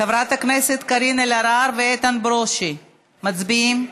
חברת הכנסת קארין אלהרר ואיתן ברושי, מצביעים?